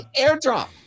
AirDrop